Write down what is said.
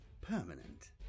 permanent